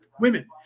Women